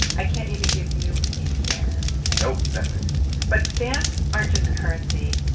i can't even give you a stamp nope, nothing but stamps aren't just currency.